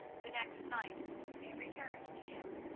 the next night it returned to him,